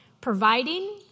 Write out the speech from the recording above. providing